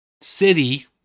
city